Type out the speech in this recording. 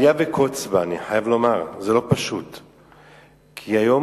אני חייב לומר שזו אליה וקוץ בה.